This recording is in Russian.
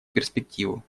перспективу